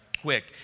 quick